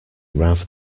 rather